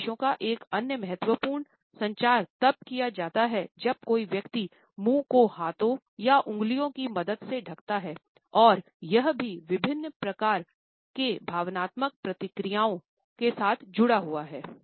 संदेशों का एक अन्य महत्वपूर्ण संचार तब किया जाता है जब कोई व्यक्ति मुंह को हाथों या कुछ उंगलियों की मदद से ढकता है और यह भी विभिन्न प्रकार भावनात्मक प्रतिक्रिया यों के साथ जुड़ा हुआ है